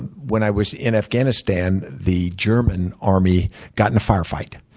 when i was in afghanistan, the german army got in a firefight.